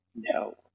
no